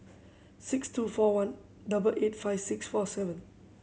six two four one double eight five six four seven